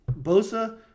Bosa